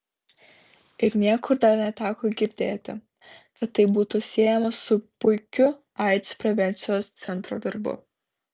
ir niekur dar neteko girdėti kad tai būtų siejama su puikiu aids prevencijos centro darbu